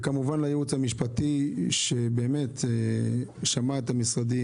וכמובן לייעוץ המשפטי שבאמת שמע את המשרדים,